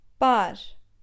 Bar